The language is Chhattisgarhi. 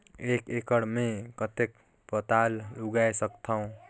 एक एकड़ मे कतेक पताल उगाय सकथव?